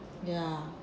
ya